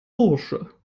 bursche